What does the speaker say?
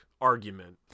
argument